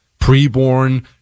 Preborn